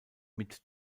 mit